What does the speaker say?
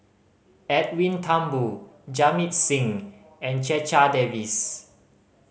Edwin Thumboo Jamit Singh and Checha Davies